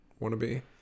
wannabe